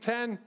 Ten